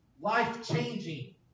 Life-changing